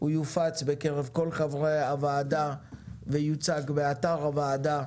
נפיץ אותו בקרב כל חברי הוועדה ונציג באתר הוועדה.